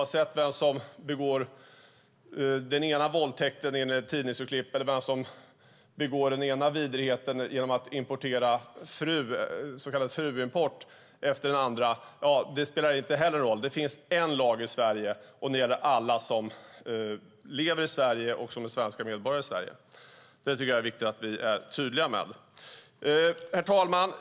Vem som begår den ena vidrigheten efter den andra genom våldtäkt eller så kallad fruimport spelar inte heller någon roll. Det finns en lag i Sverige, och den gäller alla som lever i Sverige och är svenska medborgare. Det tycker jag är viktigt att vara tydlig med. Herr talman!